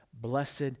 blessed